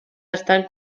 estan